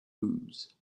booze